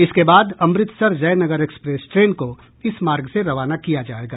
इसके बाद Amritsar Jaynagar express train को इस मार्ग से रवाना किया जायेगा